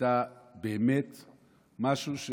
הייתה באמת משהו.